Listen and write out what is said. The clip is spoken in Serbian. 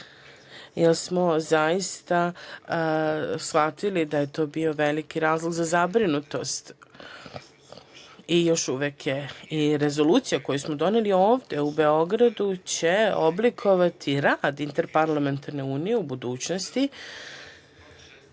jer smo zaista shvatili da je to bio veliki razloga za zabrinutost i još uvek je i Rezolucija koju smo doneli ovde u Beogradu će oblikovati rad Interparlamentarne unije u budućnosti,